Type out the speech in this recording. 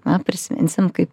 na prisiminsim kaip